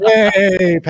Hey